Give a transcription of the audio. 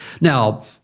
Now